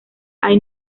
hay